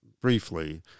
briefly